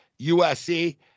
USC